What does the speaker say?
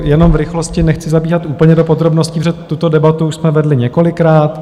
Jenom v rychlosti, nechci zabíhat úplně do podrobností, tuto debatu už jsme vedli několikrát.